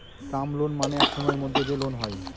term loan মানে এক সময়ের মধ্যে যে লোন হয়